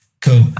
cool